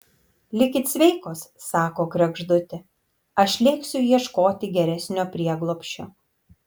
likit sveikos sako kregždutė aš lėksiu ieškoti geresnio prieglobsčio